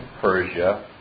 Persia